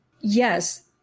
yes